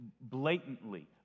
blatantly